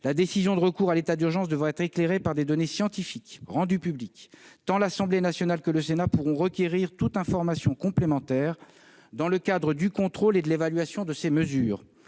la décision d'y recourir devra être éclairée par des données scientifiques rendues publiques. Tant l'Assemblée nationale que le Sénat pourront requérir toute information complémentaire dans le cadre du contrôle et de l'évaluation de ces mesures.